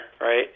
right